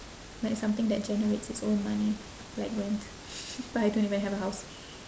like something that generates it's own money like rent but I don't even have a house